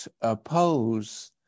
oppose